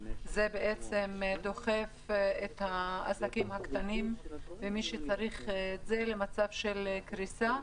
זה בעצם דוחף את העסקים הקטנים ומי שצריך את זה למצב של קריסה.